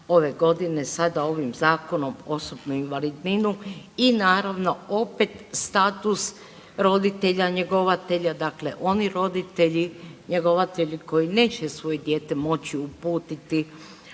ove godine sada ovim zakonom osobnu invalidninu i naravno opet status roditelja njegovatelja. Dakle, oni roditelji njegovatelji koji neće svoje dijete moći uputiti